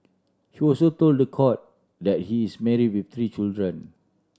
he also told the court that he is marry with three children